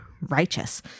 Righteous